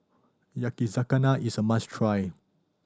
yakizakana is a must try